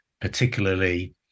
particularly